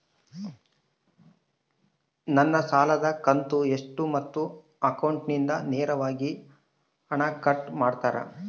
ನನ್ನ ಸಾಲದ ಕಂತು ಎಷ್ಟು ಮತ್ತು ಅಕೌಂಟಿಂದ ನೇರವಾಗಿ ಹಣ ಕಟ್ ಮಾಡ್ತಿರಾ?